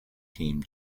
team